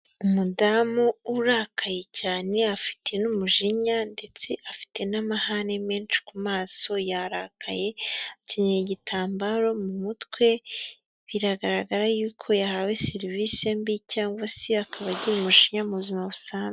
Umudamu urakaye cyane afite n'umujinya ndetse afite n'amahane menshi ku maso yarakaye, akenyeye igitambaro mu mutwe, biragaragara y'uko yahawe serivisi mbi cyangwa se akaba agira umujinya mu buzima busanzwe.